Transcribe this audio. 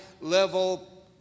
level